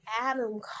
Adam